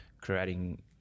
creating